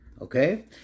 Okay